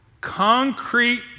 concrete